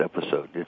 episode